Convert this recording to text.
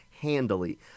handily